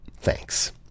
Thanks